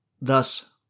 Thus